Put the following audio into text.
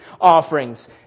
offerings